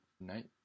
night